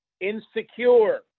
insecure